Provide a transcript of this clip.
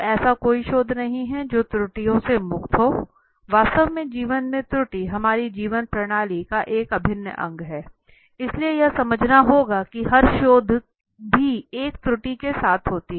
तो ऐसा कोई शोध नहीं है जो त्रुटियों से मुक्त हो वास्तव में जीवन में त्रुटि हमारी जीवन प्रणाली का एक अभिन्न अंग है इसलिए यह समझना होगा कि हर शोध भी एक त्रुटि के साथ होती है